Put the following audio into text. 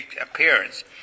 appearance